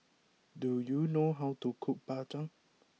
do you know how to cook Bak Chang